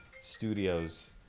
Studios